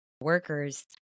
workers